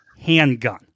handgun